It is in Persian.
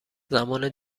زمان